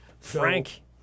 Frank